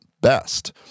best